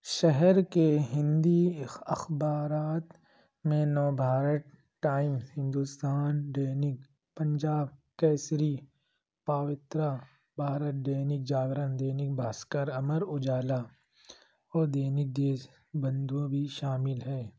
شہر کے ہندی اخبارات میں نوبھارت ٹائم ہندوستان دینک پنجاب کیسری پاوترا بھارت دینک جاگرن دینک بھاسکر امر اجالا اور دینک دیس بندھو بھی شامل ہیں